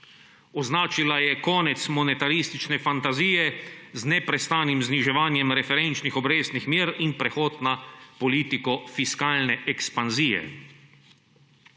označila je konec monoteistične fantazije z neprestanim zniževanjem referenčnih obrestnih mer in prehod na politiko fiskalne ekspanzije.